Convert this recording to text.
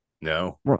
No